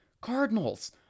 Cardinals